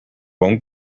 won’t